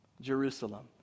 Jerusalem